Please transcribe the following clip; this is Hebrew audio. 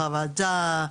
חרדה,